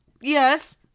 Yes